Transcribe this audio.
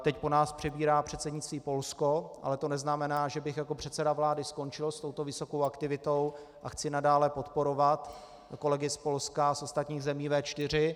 Teď po nás přebírá předsednictví Polsko, ale to neznamená, že bych jako předseda vlády skončil s touto vysokou aktivitou, a chci nadále podporovat kolegy z Polska a ostatních zemí V4.